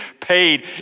paid